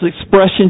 expressions